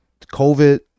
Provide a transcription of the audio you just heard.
COVID